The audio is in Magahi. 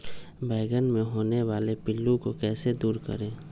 बैंगन मे होने वाले पिल्लू को कैसे दूर करें?